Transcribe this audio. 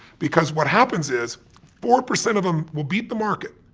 because what happens is four percent of them will beat the market,